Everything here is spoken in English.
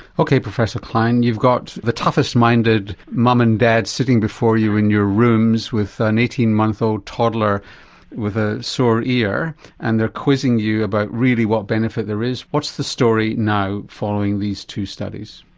ok professor klein you've got the toughest minded mum and dad sitting before you in your rooms with an eighteen month old toddler with a sore ear and they quizzing you about really what benefit there is. what's the story now following these two studies?